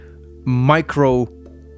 micro